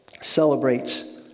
celebrates